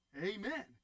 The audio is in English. amen